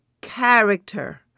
character